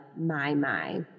my-my